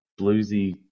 bluesy